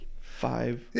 Five